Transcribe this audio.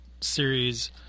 series